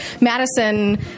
madison